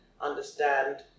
understand